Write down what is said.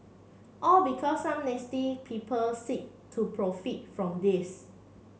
all because some nasty people seek to profit from this